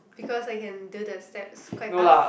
because I can do the steps quite fast